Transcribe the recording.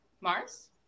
Mars